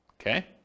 Okay